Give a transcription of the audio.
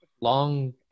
long